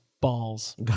Balls